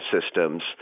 systems